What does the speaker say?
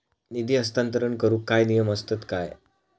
निधी हस्तांतरण करूक काय नियम असतत काय?